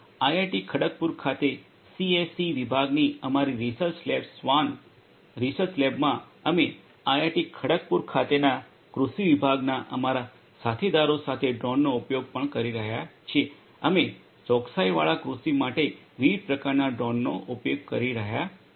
IIT Kharagpur ખાતે CSE વિભાગની અમારી રિસર્ચ લેબ સ્વાન રિસર્ચ લેબમાં અમે આઈઆઈટી ખડગપુર ખાતેના કૃષિ વિભાગના અમારા સાથીદારો સાથે ડ્રોનનો ઉપયોગ પણ કરી રહ્યા છીએ અમે ચોકસાઇવાળા કૃષિ માટે વિવિધ પ્રકારનાં ડ્રોનનો ઉપયોગ કરી રહ્યા છીએ